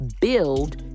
build